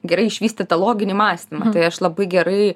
gerai išvystytą loginį mąstymą tai aš labai gerai